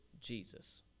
Jesus